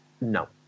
No